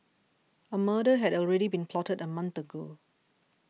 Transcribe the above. a murder had already been plotted a month ago